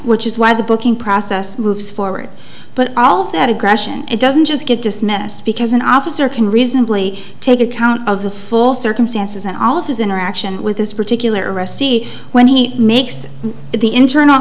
which is why the booking process moves forward but all of that aggression it doesn't just get dismissed because an officer can reasonably take account of the full circumstances and all of his interaction with his particular arrestee when he makes the internal